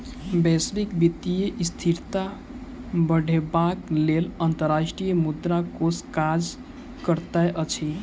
वैश्विक वित्तीय स्थिरता बढ़ेबाक लेल अंतर्राष्ट्रीय मुद्रा कोष काज करैत अछि